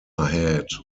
head